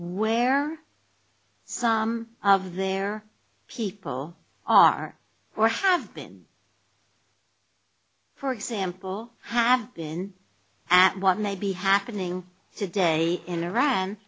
where some of their people are or have been for example have been and what may be happening today in iran